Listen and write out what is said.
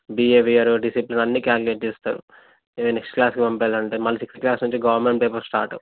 behaviour discipline అన్నీ calculate చేస్తారు ఇంకా నెక్స్ట్ క్లాస్కి పంపాను అంటే మళ్ళీ సిక్స్త్ క్లాస్ నుంచి గవర్నమెంట్ పేపర్ స్టార్ట్